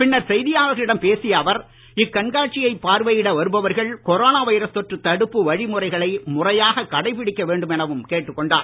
பின்னர் செய்தியாளர்களிடம் பேசிய அவர் இக்கண்காட்சியை பார்வையிட வருபவர்கள் கொரோனா வைரஸ் தொற்று தடுப்பு வழிமுறைகளை முறையாக கடைபிடிக்க வேண்டும் எனவும் கேட்டுக் கொண்டார்